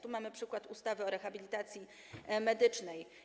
Tu mamy przykład ustawy o rehabilitacji medycznej.